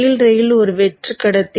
கீழ் ரயில் ஒரு வெற்று கடத்தி